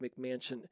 McMansion